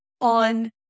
on